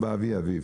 באבי אביו.